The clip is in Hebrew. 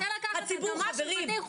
הוא רוצה לקחת את האדמה של בתי החולים?